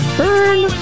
burn